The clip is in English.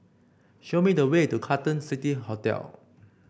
show me the way to Carlton City Hotel